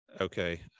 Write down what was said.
okay